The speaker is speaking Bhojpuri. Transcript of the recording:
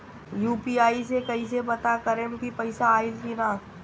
यू.पी.आई से कईसे पता करेम की पैसा आइल की ना?